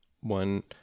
one